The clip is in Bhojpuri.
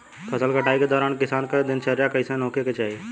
फसल कटाई के दौरान किसान क दिनचर्या कईसन होखे के चाही?